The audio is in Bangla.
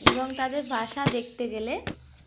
এবং তাদের ভাষা দেখতে গেলে